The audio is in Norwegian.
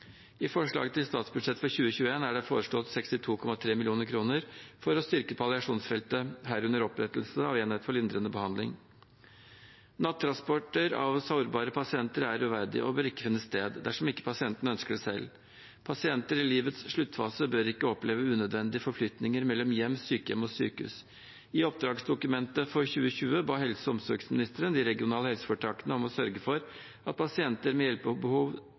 I forslaget til statsbudsjett for 2021 er det det foreslått 62,3 mill. kr for å styrke palliasjonsfeltet, herunder opprettelse av enheter for lindrende behandling. Nattransporter av sårbare pasienter er uverdig og bør ikke finne sted dersom ikke pasienten ønsker det selv. Pasienter i livets sluttfase bør ikke oppleve unødvendige forflytninger mellom hjem, sykehjem og sykehus. I oppdragsdokumentet for 2020 ba helse- og omsorgsministeren de regionale helseforetakene om å sørge for at pasienter med